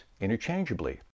interchangeably